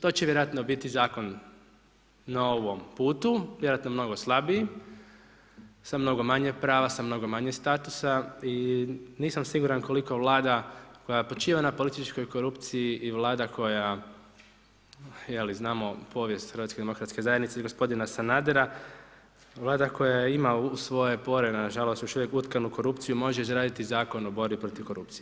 To će vjerojatno biti zakon na ovom putu, vjerojatno mnogo slabiji, sa mnogo manje prava, s mnogo manje statusa i nisam siguran koliko Vlada koja počiva na političkoj korupciji i Vlada je li, znamo povijest HDZ-a, gospodina Sanadera, Vlada koja ima u svojoj pori nažalost još uvijek utkanu korupciju, može izraditi Zakon o borbi protiv korupcije.